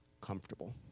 comfortable